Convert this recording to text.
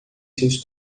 seus